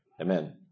Amen